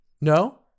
No